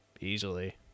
easily